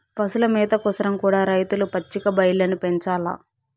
పశుల మేత కోసరం కూడా రైతులు పచ్చిక బయల్లను పెంచాల్ల